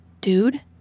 dude